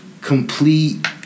Complete